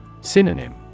Synonym